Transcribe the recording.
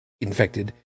infected